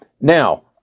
Now